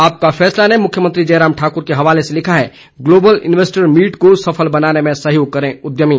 आपका फैसला ने मुख्यमंत्री जयराम ठाकुर के हवाले से लिखा है ग्लोबल इन्वेस्टर्स मीट को सफल बनाने में सहयोग करें उद्यमी